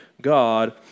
God